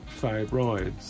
fibroids